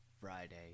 Friday